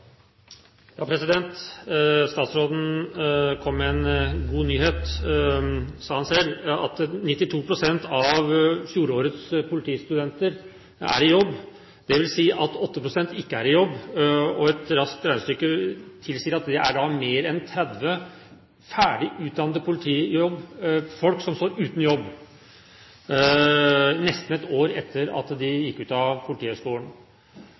nyhet – sa han selv – at 92 pst. av fjorårets politistudenter er i jobb. Det vil si at 8 pst. ikke er i jobb. Et raskt regnestykke tilsier at det er mer en 30 ferdig utdannede politifolk som står uten jobb nesten ett år etter at de gikk ut av Politihøgskolen.